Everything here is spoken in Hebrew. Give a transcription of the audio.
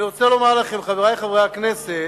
אני רוצה לומר לכם, חברי חברי הכנסת,